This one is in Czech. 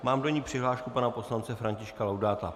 Mám do ní přihlášku pana poslance Františka Laudáta.